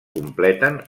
completen